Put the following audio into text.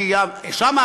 כי שם,